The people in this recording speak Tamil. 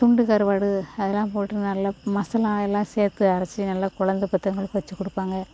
துண்டு கருவாடு அதெல்லாம் போட்டு நல்லா மசாலா எல்லாம் சேர்த்து அரைச்சு நல்லா கொழந்த பெற்றவங்களுக்கு வச்சி கொடுப்பாங்க